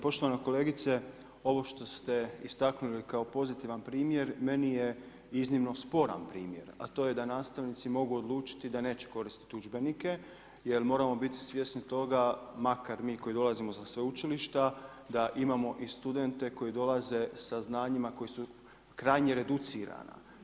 Poštovana kolegice ovo što ste istaknuli kao pozitivan primjer meni je iznimno sporan primjer, a to je da nastavnici mogu odlučiti da neće koristiti udžbenike jer moramo biti svjesni toga makar mi koji dolazimo sa sveučilišta da imamo i studente koji dolaze sa znanjima koji su krajnje reducirana.